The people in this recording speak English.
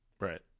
Right